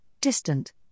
distant